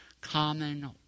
common